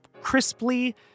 crisply